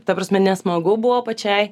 ta prasme nesmagu buvo pačiai